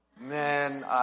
Man